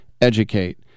educate